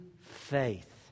faith